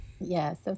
Yes